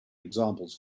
examples